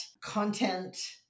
content